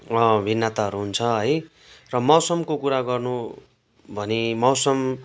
भिन्नताहरू हुन्छ है र मौसमको कुरा गर्नु भने मौसम